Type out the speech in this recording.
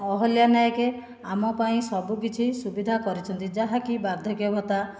ଅହଲ୍ୟା ନାୟକ ଆମ ପାଇଁ ସବୁ କିଛି ସୁବିଧା କରିଛନ୍ତି ଯାହାକି ବାର୍ଦ୍ଧକ୍ୟ ଭତ୍ତା